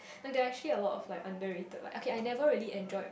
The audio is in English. like there are actually a lot of like under rated okay I never really enjoyed